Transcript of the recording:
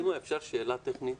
סימה, אפשר שאלה טכנית?